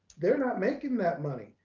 they're not making that money.